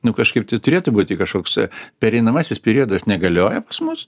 nu kažkaip tai turėtų būti kažkoks pereinamasis periodas negalioja pas mus